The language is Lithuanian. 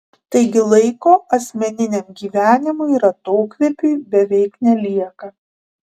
taigi laiko asmeniniam gyvenimui ir atokvėpiui beveik nelieka